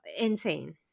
Insane